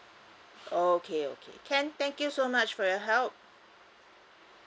okay okay can thank you so much for your help